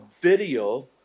video